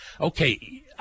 Okay